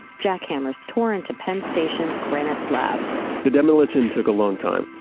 jackhammers tore into penn station's, granites labs the demolition took a long time,